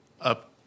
up